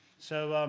so